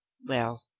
well!